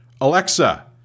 Alexa